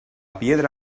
piedra